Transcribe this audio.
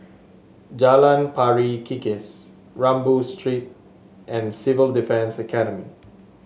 Jalan Pari Kikis Rambau Street and Civil Defence Academy